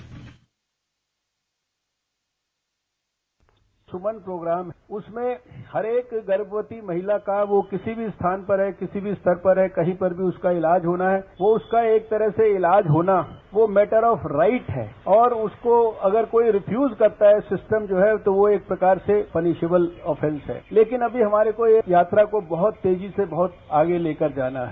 bite Suman programme उसमें हरेक गर्भवती महिला का वो किसी भी स्थान पर है किसी भी स्तर पर है कहीं पर भी उसका इलाज होना है वो उसका एक तरह से इलाज होना वो मैटर ऑफ राइट है और उसको अगर कोई रिफ्यूज करता है सिस्टम जो है तो वो एक प्रकार से पनिशेबल अफेन्स है लेकिन अभी हमारे को ये यात्रा को बहुत तेजी से बहुत आगे लेकर जाना है